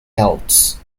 celts